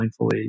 mindfully